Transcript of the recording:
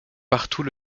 partout